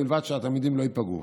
ובלבד שהתלמידים לא ייפגעו.